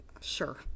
Sure